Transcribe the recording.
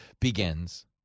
begins